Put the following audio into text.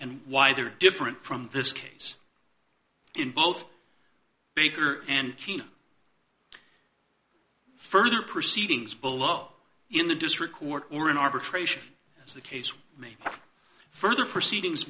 and why they are different from this case in both baker and further proceedings below in the district court or in arbitration as the case may be further proceedings